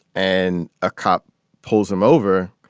and a cop pulls him over,